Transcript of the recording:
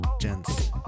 gents